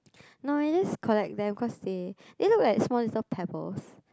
no I just collect them cause they they look like small little pebbles